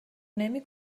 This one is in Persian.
نمی